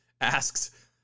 asks